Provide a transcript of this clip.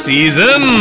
Season